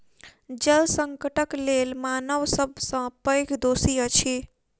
जल संकटक लेल मानव सब सॅ पैघ दोषी अछि